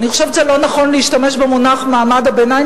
אני חושבת שזה לא נכון להשתמש במונח "מעמד הביניים",